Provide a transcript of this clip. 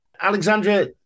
Alexandra